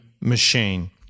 machine